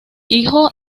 hijo